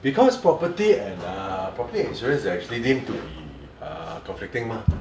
because property and uh property and insurance is actually deemed to be uh conflicting mah